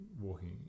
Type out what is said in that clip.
walking